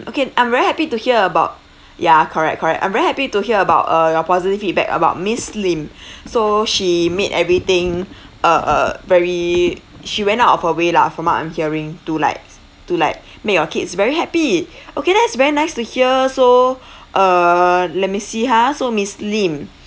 okay I'm very happy to hear about ya correct correct I'm very happy to hear about uh your positive feedback about miss lim so she made everything uh uh very she went out of her way lah from what I'm hearing to like to like make your kids very happy okay that's very nice to hear so err let me see ha so miss lim